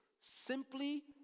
simply